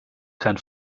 kein